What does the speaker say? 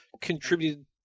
contributed